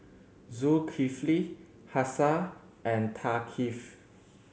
Zulkifli Hafsa and Thaqif